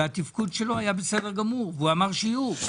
והתפקוד שלו היה בסדר גמור והוא אמר שיעור.